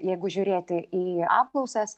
jeigu žiūrėti į apklausas